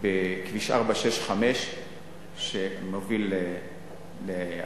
גם בכביש 465 שמוביל לעטרת,